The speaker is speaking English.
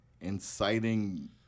inciting